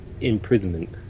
imprisonment